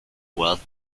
wealth